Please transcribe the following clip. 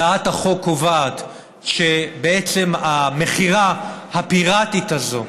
הצעת החוק קובעת שהמכירה הפיראטית הזאת